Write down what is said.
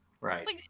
Right